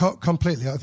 completely